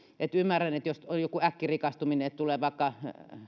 ymmärrän että jos on joku äkkirikastuminen että tulee vaikka